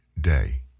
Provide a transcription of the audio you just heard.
day